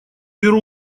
беру